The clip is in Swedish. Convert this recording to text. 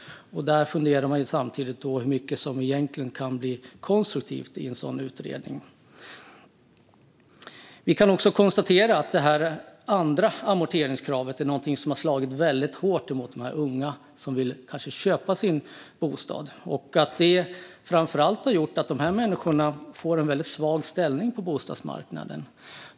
Då funderar man ju på hur mycket som egentligen kan bli konstruktivt i en sådan utredning. Vi kan också konstatera att det andra amorteringskravet har slagit väldigt hårt mot de unga som kanske vill köpa sin bostad. Framför allt har det gjort att de här människorna får en väldigt svag ställning på bostadsmarknaden.